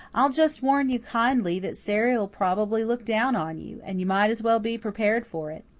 i'll just warn you kindly that sary'll probably look down on you, and you might as well be prepared for it.